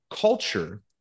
Culture